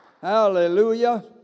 Hallelujah